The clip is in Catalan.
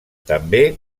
també